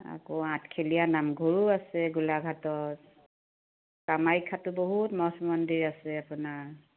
আকৌ আঠেখেলীয়া নামঘৰো আছে গোলাঘাটত কামাখ্যাতো বহুত মঠ মন্দিৰ আছে আপোনাৰ